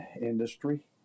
industry